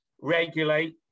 regulate